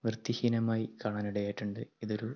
വൃത്തി ഹീനമായി കാണാൻ ഇടയായിട്ടുണ്ട് ഇതൊരു